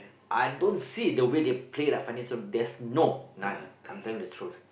I don't see the way they play like Fandi and Sundram there's no none I'm telling the truth